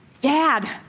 dad